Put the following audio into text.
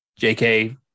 jk